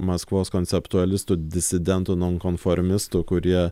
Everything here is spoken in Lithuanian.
maskvos konceptualistų disidentų nonkonformistų kurie